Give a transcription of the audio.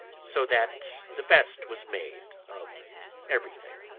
so that the best was made of everything.